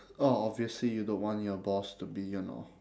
oh obviously you don't want your boss to be you know